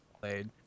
played